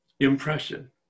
Impression